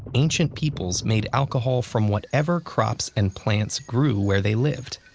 ancient peoples made alcohol from whatever crops and plants grew where they lived.